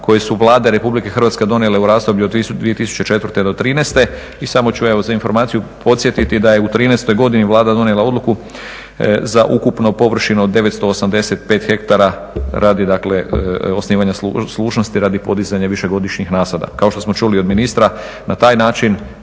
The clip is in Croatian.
koje su Vlada Republike Hrvatske donijele u razdoblju od 2004. do '13. I samo ću evo za informaciju podsjetiti da je u '13. godini Vlada donijela odluku za ukupno površine od 985 hektara radi dakle osnivanja služnosti, radi podizanja višegodišnjih nasada. Kao što smo čuli od ministra na taj način